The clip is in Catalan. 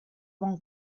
bon